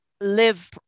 live